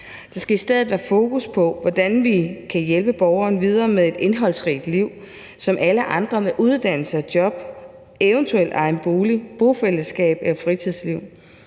Der skal i stedet være fokus på, hvordan vi kan hjælpe borgeren videre med et indholdsrigt liv, som alle andre har, med uddannelse og job, eventuelt egen bolig eller bofællesskab og fritidsliv,